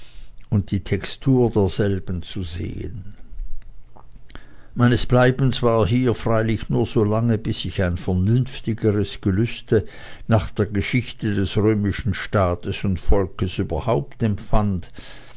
und die textur derselben zu sehen meines bleibens war hier freilich nur so lange bis ich ein vernünftigeres gelüste nach der geschichte des römischen staates und volkes überhaupt empfand